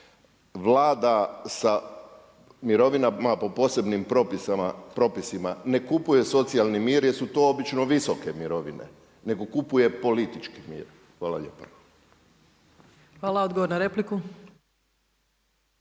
Vlada sa mirovinama po posebnim propisima ne kupuje socijalni mir jer su to obično visoke mirovine, nego kupuje političke mjere. Hvala lijepa. **Opačić, Milanka